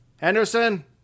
Anderson